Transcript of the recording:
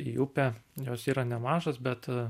į upę jos yra nemažos bet